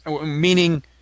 meaning